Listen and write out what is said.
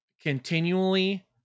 continually